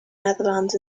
netherlands